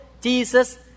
Jesus